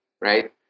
right